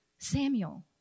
Samuel